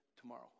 Tomorrow